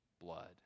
blood